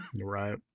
Right